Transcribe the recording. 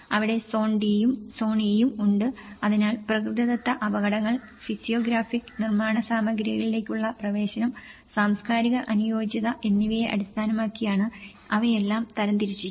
അവിടെ സോൺ ഡിയും സോൺ ഇയും ഉണ്ട് അതിനാൽ പ്രകൃതിദത്ത അപകടങ്ങൾ ഫിസിയോഗ്രാഫിക് നിർമ്മാണ സാമഗ്രികളിലേക്കുള്ള പ്രവേശനം സാംസ്കാരിക അനുയോജ്യത എന്നിവയെ അടിസ്ഥാനമാക്കിയാണ് അവയെല്ലാം തരംതിരിച്ചിരിക്കുന്നത്